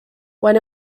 when